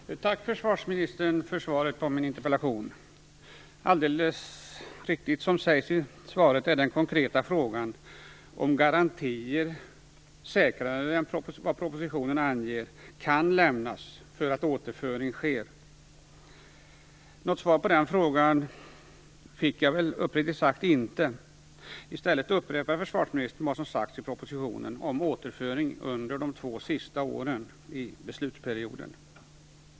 Fru talman! Tack, försvarsministern, för svaret på min interpellation! Det är alldeles riktigt som det sägs i svaret. Den konkreta frågan handlar om garantier, säkrare än vad propositionen anger, kan lämnas för att återföring sker. Något svar på den frågan fick jag väl uppriktigt sagt inte. I stället upprepar försvarsministern vad som sagts i propositionen om återföring under de två sista åren i beslutsperioden.